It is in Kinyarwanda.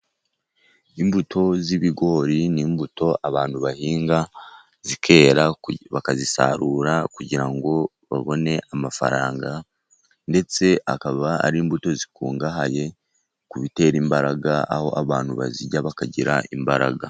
Imbuto z'ibigori ni imbuto abantu bahinga zikera, bakazisarura kugira ngo babone amafaranga. Ndetse akaba ari imbuto zikungahaye ku bitera imbaraga, aho abantu bazirya bakagira imbaraga.